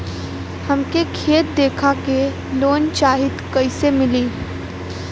हमके खेत देखा के लोन चाहीत कईसे मिली?